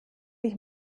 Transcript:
ich